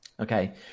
Okay